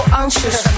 anxious